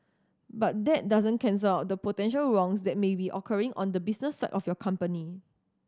but that doesn't cancel out the potential wrongs that may be occurring on the business of your company